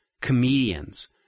comedians